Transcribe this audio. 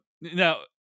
now